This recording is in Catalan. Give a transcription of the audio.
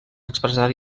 expressar